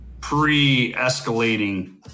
pre-escalating